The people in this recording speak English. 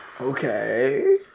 Okay